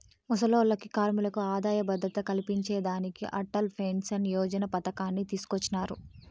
ముసలోల్లకి, కార్మికులకి ఆదాయ భద్రత కల్పించేదానికి అటల్ పెన్సన్ యోజన పతకాన్ని తీసుకొచ్చినారు